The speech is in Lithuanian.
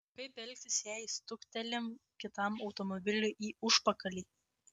kaip elgtis jei stuktelim kitam automobiliui į užpakalį